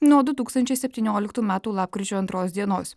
nuo du tūkstančiai septynioliktų metų lapkričio antros dienos